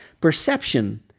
perception